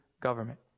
government